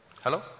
Hello